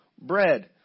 bread